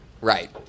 Right